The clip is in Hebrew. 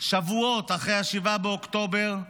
שבועות אחרי 7 באוקטובר,